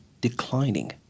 declining